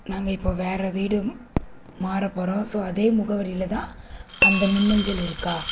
நாங்கள் இப்போது வேறு வீடு மாற போகிறோம் ஸோ அதே முகவரியில் தான் அந்த மின்னஞ்சல் இருக்கா